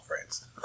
friends